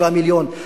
7 מיליון,